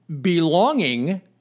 belonging